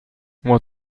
what